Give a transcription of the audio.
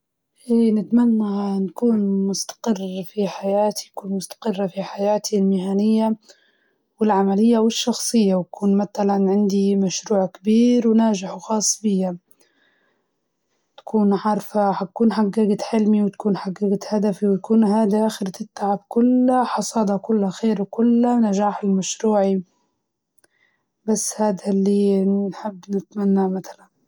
بعد عشر سنين إن شا الله نكون مستقرة في حياتي سواء في شغلي، أو حياتي الشخصية، وكنت وصلت ل الحلم اللي نبيه.